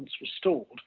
restored